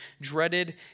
dreaded